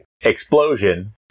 explosion